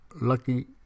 Lucky